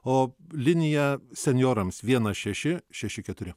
o linija senjorams vienas šeši šeši keturi